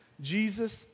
Jesus